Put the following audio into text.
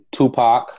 Tupac